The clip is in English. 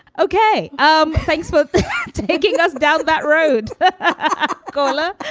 ok. um thanks for taking us down that road paula,